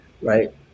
Right